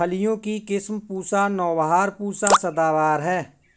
फलियों की किस्म पूसा नौबहार, पूसा सदाबहार है